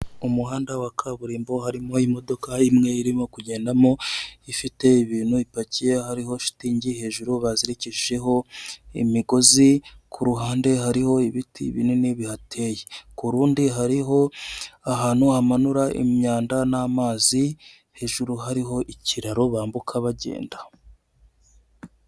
Umuhanda wa kaburimbo, harimo imodoka imwe irimo kugendamo, ifite ibintu ipakiye hariho shitingi hejuru bazirikishijeho imigozi, ku ruhande hariho ibiti binini bihateye, ku rundi hariho ahantu hamanura imyanda n'amazi, hejuru hariho ikiraro bambuka bagenda.